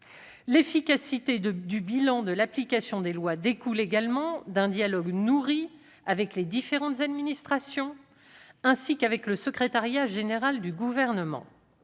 L'efficacité du bilan de l'application des lois découle également d'un dialogue nourri avec les différentes administrations, ainsi qu'avec le secrétariat général du Gouvernement.